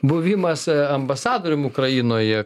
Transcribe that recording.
buvimas ambasadoriumi ukrainoje